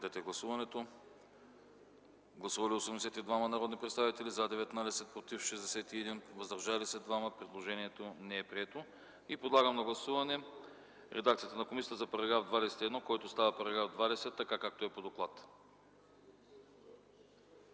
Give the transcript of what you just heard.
не подкрепя. Гласували 82 народни представители: за 19, против 61, въздържали се 2. Предложението не е прието. Подлагам на гласуване редакцията на комисията за § 21, който става § 20, така както е по доклада.